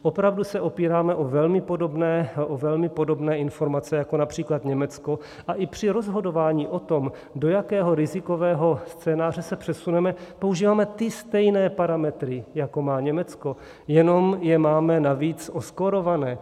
Opravdu se opíráme o velmi podobné informace jako například Německo a i při rozhodování o tom, do jakého rizikového scénáře se přesuneme, používáme stejné parametry, jako má Německo, jenom je máme navíc oskórované.